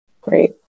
Great